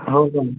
हो पन